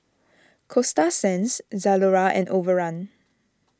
Coasta Sands Zalora and Overrun